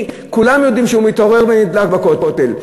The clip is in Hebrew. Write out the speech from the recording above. כולם יודעים שהוא מתעורר ונדלק בכותל.